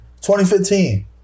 2015